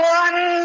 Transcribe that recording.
one